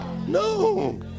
No